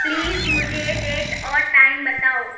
please مجھے date اور time بتاؤ